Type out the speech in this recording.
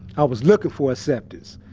i was looking for acceptance.